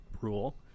rule